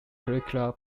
curricular